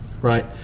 Right